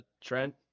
Trent